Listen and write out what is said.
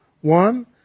One